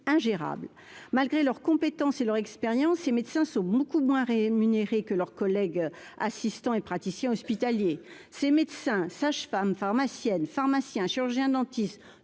ingérable, malgré leurs compétences et leur expérience et médecins sont beaucoup moins rémunérés que leurs collègues assistant et praticien hospitalier ces médecins, sages-femmes, pharmacienne, pharmaciens, chirurgiens-dentistes